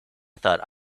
thought